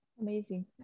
Amazing